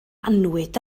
annwyd